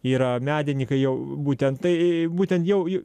yra medininkai jau būtent tai būtent jau j